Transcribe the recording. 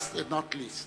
Last but not least.